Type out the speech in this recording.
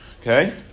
Okay